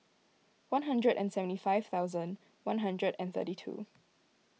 one hundred and seventy five thousand one hundred and thirty two